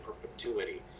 perpetuity